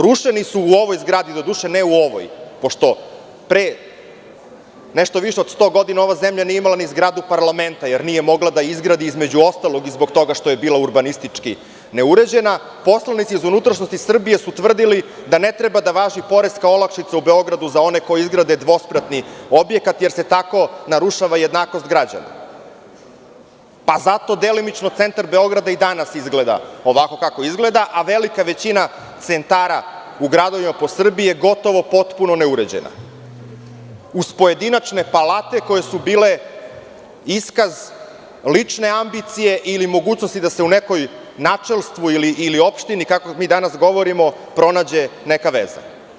Rušeni su u ovoj zgradi, doduše ne u ovoj, pošto pre nešto više od 100 godina ova zemlja nije imala ni zgradu parlamenta jer nije mogla da je izgradi između ostalog i zbog toga što je bila urbanistički neuređena, poslanici iz unutrašnjosti Srbije su tvrdili da ne treba da važi poreska olakšica u Beogradu za one koji izgrade dvospratni objekat, jer se tako narušava jednakost građana, pa zato delimično centar Beograda i danas izgleda ovako kako izgleda, a velika većina centara u gradovima po Srbiji je gotovo potpuno neuređena, uz pojedinačne palate koje su bile iskaz lične ambicije ili mogućnosti da se u nekom načelstvu ili opštini, kako mi danas govorimo, pronađe neka veza.